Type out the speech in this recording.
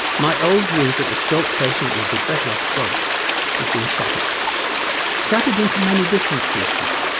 my old view that the stroke patient would be better off dead has been shattered shattered into many different pieces.